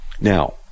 Now